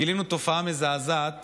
גילינו תופעה מזעזעת